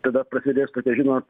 tada prasidės tokia žinot